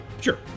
sure